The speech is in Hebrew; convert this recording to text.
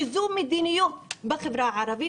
שזו מדיניות בחברה הערבית,